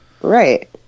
right